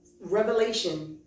revelation